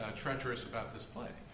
ah treacherous about this play.